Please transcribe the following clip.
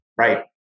Right